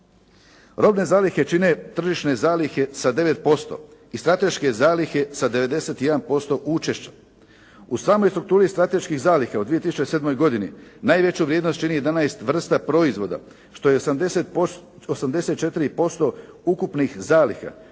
Robne zalihe čine tržišne zalihe sa 9% i strateške zalihe sa 91% učešća. U stvarnoj strukturi strateških zaliha u 2007. godini najveću vrijednost čini 11 vrsta proizvoda što je 84% ukupnih zaliha